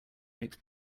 makes